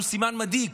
והוא סימן מדאיג.